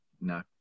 no